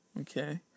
Okay